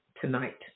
tonight